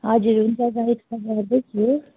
हजुर हुन्छ गरेको छ गर्दैछु